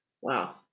Wow